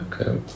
Okay